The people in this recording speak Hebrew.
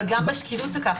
אבל גם בשקילות זה כך.